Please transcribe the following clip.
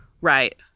right